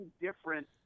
different